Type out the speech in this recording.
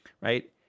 right